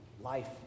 life